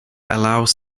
allows